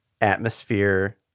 atmosphere